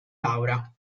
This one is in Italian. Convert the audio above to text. laura